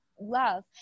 love